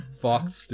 Fox